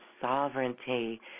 sovereignty